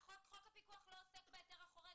חוק הפיקוח לא עוסק בהיתר החורג,